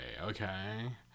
Okay